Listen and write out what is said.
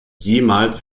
jemals